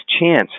chance